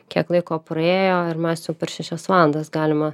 kiek laiko praėjo ir mes jau per šešias valandas galime